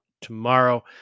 tomorrow